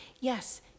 Yes